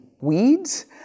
weeds